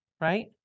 right